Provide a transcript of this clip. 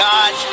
God